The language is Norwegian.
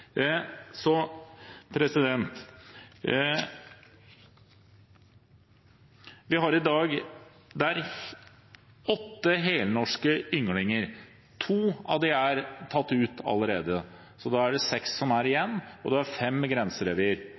Vi har i dag åtte helnorske ynglinger. To av dem er tatt ut allerede, så da er det seks som er igjen. Det er fem grenserevir,